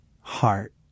heart